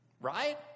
Right